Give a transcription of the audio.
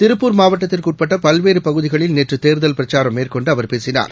திருப்பூர் மாவட்டத்திற்குஉட்பட்ட பல்வேறுபகுதிகளில் நேற்றுதேர்தல் பிரச்சாரம் மேற்கொண்டுஅவர் பேசினார்